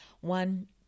One